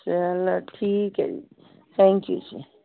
ਚਲੋ ਠੀਕ ਹੈ ਜੀ ਥੈਂਕ ਯੂ ਜੀ